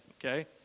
okay